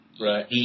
right